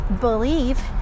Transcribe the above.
believe